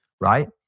right